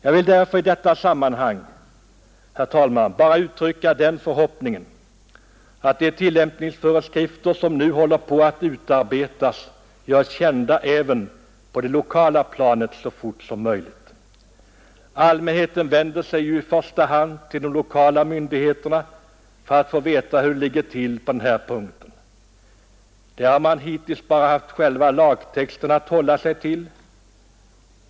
Jag vill därför i detta sammanhang bara uttrycka den förhoppningen att de tillämpningsföreskrifter som nu håller på att utarbetas görs kända även på det lokala planet så fort som möjligt. Allmänheten vänder sig ju i första hand till de lokala myndigheterna för att få veta hur det ligger till på denna punkt. Där har man hittills bara haft själva lagtexten att hålla sig till.